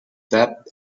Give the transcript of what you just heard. debt